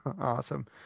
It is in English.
Awesome